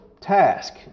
task